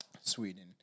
Sweden